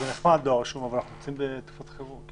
דואר רשום זה נחמד, אבל אנחנו זה בתקופת חירום.